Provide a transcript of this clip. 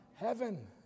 Heaven